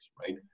right